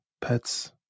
pets